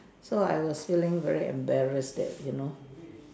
so I was feeling embarrassed that you know